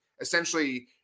essentially